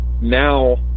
now